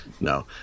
no